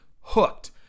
hooked